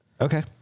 Okay